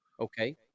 okay